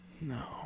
No